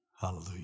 Hallelujah